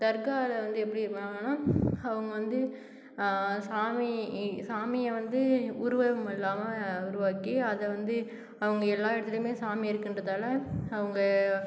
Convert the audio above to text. தர்க்காவில் வந்து எப்படி இருப்பாங்கனா அவங்க வந்து சாமி சாமியை வந்து உருவம் இல்லாமல் உருவாக்கி அதை வந்து அவங்க எல்லா இடத்துலயுமே சாமி இருக்கும்ன்றதால அவங்க